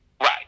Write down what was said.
Right